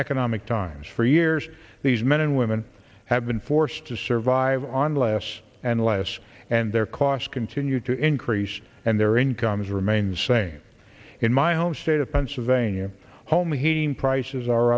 economic times for years these men and women have been forced to survive on less and less and their costs continue to increase and their incomes remain the same in my home state of pennsylvania home heating prices are